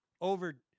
over